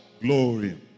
glory